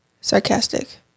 Sarcastic